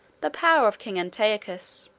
the power of king antiochus.